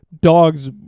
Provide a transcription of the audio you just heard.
dogs